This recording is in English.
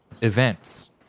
events